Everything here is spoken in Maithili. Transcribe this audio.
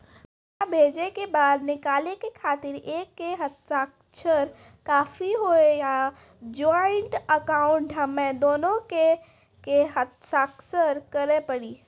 पैसा भेजै के बाद निकाले के खातिर एक के हस्ताक्षर काफी हुई या ज्वाइंट अकाउंट हम्मे दुनो के के हस्ताक्षर करे पड़ी?